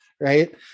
right